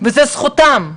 וזו זכותם,